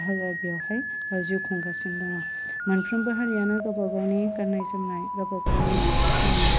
बेवहाय जिउ खुंगासिनो दङ मोनफ्रोमबो हारियानो गावबा गावनि गान्नाय जोमनाय गावबा गावनि